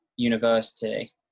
university